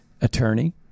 attorney